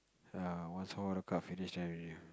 err once all the card finish already